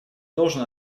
должен